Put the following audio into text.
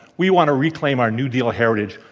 we want to reclaim our new deal heritage.